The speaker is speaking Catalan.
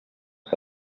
que